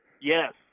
Yes